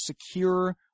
secure